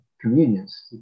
communions